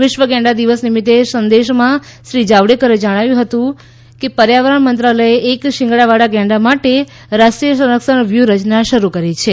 વિશ્વ ગેંડા દિવસ નિમિત્તે સંદેશમાં શ્રી જાવડેકરે જણાવ્યું કે પર્યાવરણ મંત્રાલયે એક શિંગડાવાળા ગેંડા માટે રાષ્ટ્રીય સંરક્ષણ વ્યૂહરચના શરૂ કરી છે